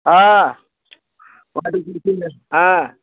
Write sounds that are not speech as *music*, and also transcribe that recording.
हाँ *unintelligible* हाँ